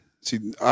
see